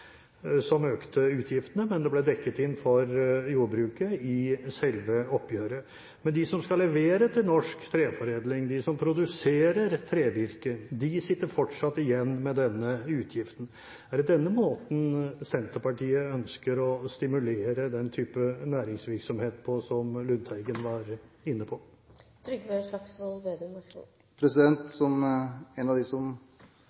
som økte utgiftene, men det ble dekket inn for jordbruket i selve oppgjøret. Men de som skal levere til norsk treforedling, de som produserer trevirket, sitter fortsatt igjen med denne utgiften. Er det på denne måten Senterpartiet ønsker å stimulere den type næringsvirksomhet som Lundteigen var inne på? Som en av dem som leverer trevirke til norsk treforedlingsindustri, så